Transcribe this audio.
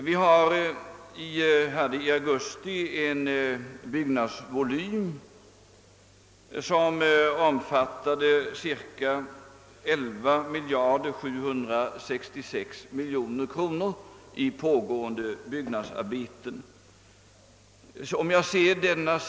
Vi hade i augusti i år en byggnadsvolym som omfattade cirka 11 766 000 000 kronor i pågående byggnadsarbeten.